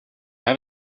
have